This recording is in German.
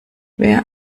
wer